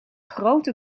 grote